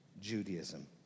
Judaism